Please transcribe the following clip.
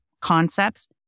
concepts